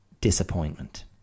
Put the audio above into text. disappointment